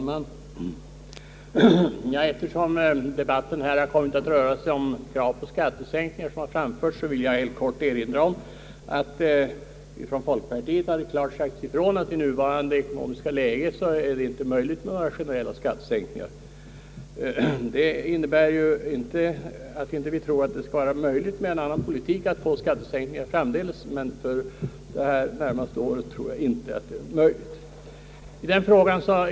Herr talman! Eftersom debatten här har kommit att röra sig om kraven på skattesänkningar vill jag helt kort erinra om att vi inom folkpartiet klart har sagt ifrån att det i nuvarande läge inte kan bli tal om någon generell skattesänkning. Det innebär emellertid inte att vi inte tror att det skall med en annan politik bli möjligt att åstadkomma en skattesänkning framdeles, men för det närmaste året tror vi inte att det blir möjligt.